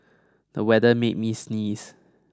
the weather made me sneeze